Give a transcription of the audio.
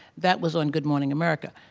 that was on good morning america,